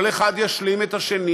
כל אחד ישלים את האחר.